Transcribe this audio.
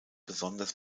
besonders